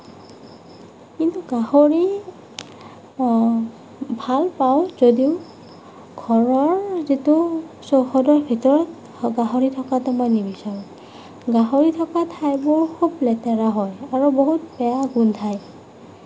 কিন্তু গাহৰি ভাল পাওঁ যদিও ঘৰৰ যিটো চৌহদৰ ভিতৰত গাহৰি থকাটো মই নিবিচাৰোঁ গাহৰি থকা ঠাইবোৰ খুব লেতেৰা হয় আৰু বহুত বেয়া গোন্ধায়